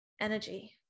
energy